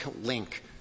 link